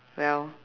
well